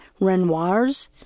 Renoirs